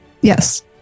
Yes